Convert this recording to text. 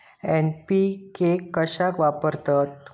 NPK कशाक वापरतत?